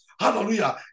Hallelujah